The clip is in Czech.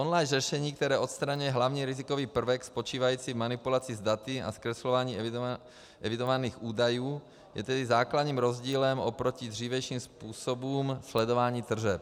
Online řešení, které odstraňuje hlavní rizikový prvek spočívající v manipulaci s daty a zkreslování evidovaných údajů, je tedy základním rozdílem oproti dřívějším způsobům sledování tržeb.